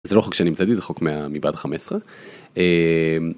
זה לא חוק שאני המצאתי זה חוק מה... מבה"ד 15.